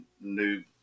new